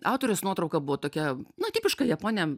autorės nuotrauka buvo tokia na tipiška japonė